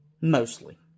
Mostly